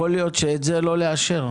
יכול להיות שאת זה לא לאשר.